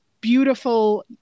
beautiful